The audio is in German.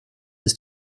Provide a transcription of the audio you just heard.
ist